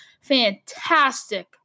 fantastic